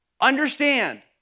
understand